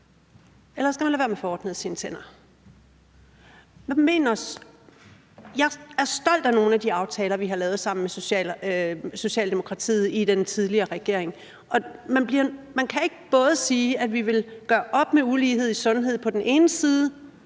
eller skal man lade være med at få ordnet sine tænder? Jeg er stolt af nogle af de aftaler, vi har lavet sammen med Socialdemokratiet i den tidligere regering. Man kan ikke på den ene side sige, at vi vil gøre op med ulighed i sundhed, og på den anden side